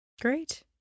Great